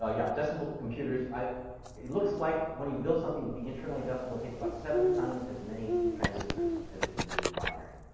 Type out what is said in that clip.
ah yeah. decimal computers it looks like when you build something to be internally decimal, it takes about seven times as many transistors as if you did it in binary.